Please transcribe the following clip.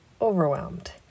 overwhelmed